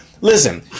listen